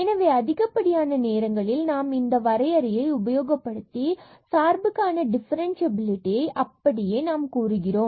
எனவே அதிகப்படியான நேரங்களில் நாம் இந்த வரையறையை உபயோகப்படுத்தி சார்புக்கான டிஃபரன்ஸ்சியபிலிடியை அப்படியே நாம் கூறுகிறோம்